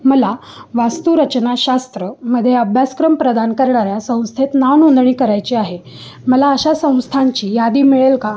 मला वास्तुरचनाशास्त्रमध्ये अभ्यासक्रम प्रदान करणाऱ्या संस्थेत नावनोंदणी करायची आहे मला अशा संस्थांची यादी मिळेल का